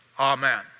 Amen